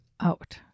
out